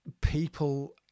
People